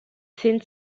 thin